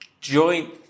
joint